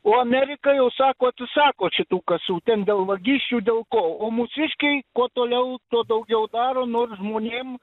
o amerika jau sako atsisako šitų kasų ten dėl vagysčių dėl ko o mūsiškiai kuo toliau tuo daugiau daro nors žmonėm